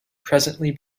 presently